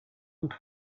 not